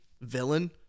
villain